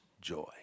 joy